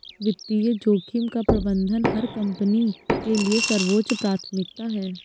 वित्तीय जोखिम का प्रबंधन हर कंपनी के लिए सर्वोच्च प्राथमिकता है